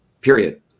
period